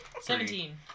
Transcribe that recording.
seventeen